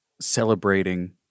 celebrating